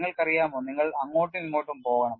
നിങ്ങൾക്കറിയാമോ നിങ്ങൾ അങ്ങോട്ടും ഇങ്ങോട്ടും പോകണം